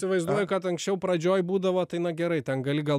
įsivaizduoju kad anksčiau pradžioj būdavo tai na gerai ten gali gal